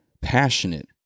passionate